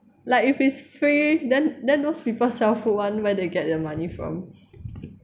like if it's free then then those people sell food [one] where they get their money from